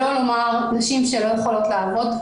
נשים שלא יכולות לעבוד,